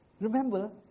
remember